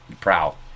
prowl